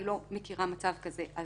אני לא מכירה מצב כזה.